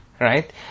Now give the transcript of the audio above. right